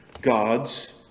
God's